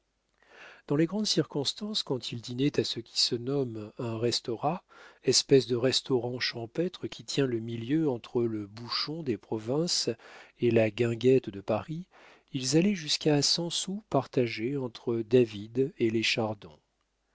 dans les grandes circonstances quand ils dînaient à ce qui se nomme un restaurat espèce de restaurant champêtre qui tient le milieu entre le bouchon des provinces et la guinguette de paris ils allaient jusqu'à cent sous partagés entre david et les chardon